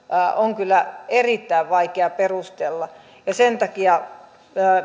on kyllä erittäin vaikea perustella sen takia